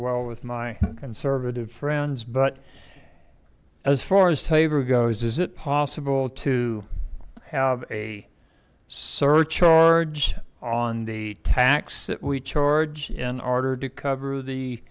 well with my conservative friends but as far as tabor goes is it possible to have a surcharge on the tax that we charge in order to cover the